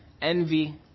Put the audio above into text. envy